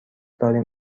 داریم